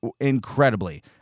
incredibly